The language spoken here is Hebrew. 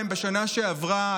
בשנה שעברה,